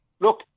Look